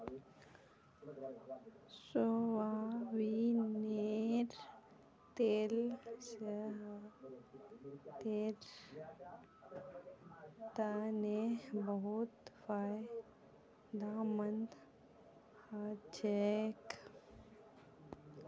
सोयाबीनेर तेल सेहतेर तने बहुत फायदामंद हछेक